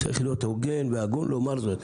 צריך להיות הוגן והגון ולומר זאת.